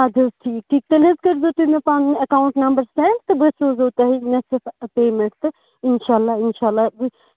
اَدٕ حظ ٹھیٖک تیٚلہِ حظ کٔرزیٚو تُہۍ مےٚ پَنُن ایٚکاونٛٹ نمٛبَر سیٚنڈ تہٕ بہٕ سوزہو تۄہہِ نیٚصف پیمیٚنٹ تہٕ اِنشاء اللہ اِنشاء اللہ